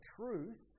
truth